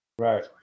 Right